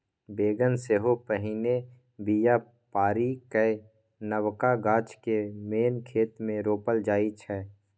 बेगन सेहो पहिने बीया पारि कए नबका गाछ केँ मेन खेत मे रोपल जाइ छै